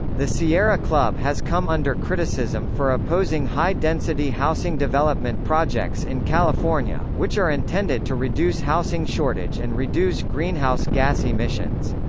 the sierra club has come under criticism for opposing high-density housing development projects in california, which are intended to reduce housing shortage and reduce greenhouse gas emissions.